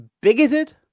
bigoted